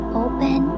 open